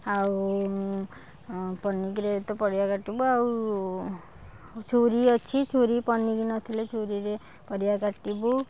ଆଉ ପନିକିରେ ତ ପରିବା କାଟିବୁ ଆଉ ଛୁରୀ ଅଛି ଛୁରୀ ପନିକି ନଥିଲେ ଛୁରୀରେ ପରିବା କାଟିବୁ